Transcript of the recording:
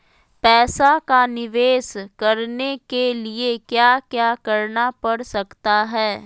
पैसा का निवेस करने के लिए क्या क्या करना पड़ सकता है?